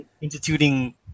instituting